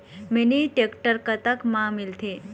Mini tractor कतक म मिलथे?